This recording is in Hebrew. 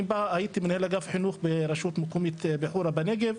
אני פעם הייתי מנהל אגף חינוך ברשות מקומי בחורה בנגב,